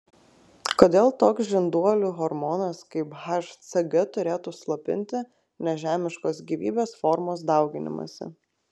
kodėl toks žinduolių hormonas kaip hcg turėtų slopinti nežemiškos gyvybės formos dauginimąsi